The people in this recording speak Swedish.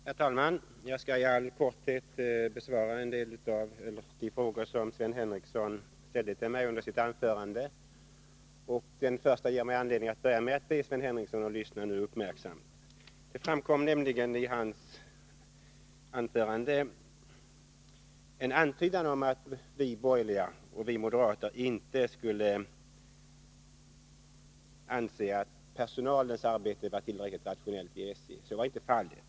Herr talman! Jag skall i all korthet besvara de frågor som Sven Henricsson ställde till mig i sitt anförande. Den första frågan ger mig anledning att be Sven Henricsson att lyssna uppmärksamt. I hans anförande fanns nämligen en antydan om att vi borgerliga, också vi moderater, skulle anse att SJ-personalen inte arbetat tillräckligt rationellt. Så är inte fallet.